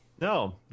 no